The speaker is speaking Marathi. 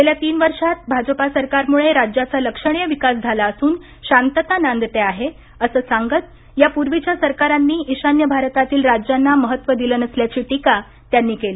गेल्या तीन वर्षांत भाजपा सरकारमुळे राज्याचा लक्षणीय विकास झाला असून शांतता नांदते आहे असं सांगत यापूर्वीच्या सरकारांनी ईशान्य भारतातील राज्यांना महत्व दिलं नसल्याची टीका त्यांनी केली